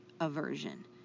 aversion